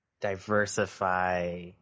diversify